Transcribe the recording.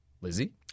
Lizzie